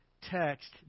text